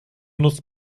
nutzt